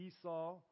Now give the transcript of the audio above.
Esau